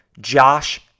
Josh